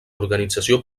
organització